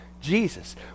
Jesus